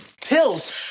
Pills